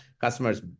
customers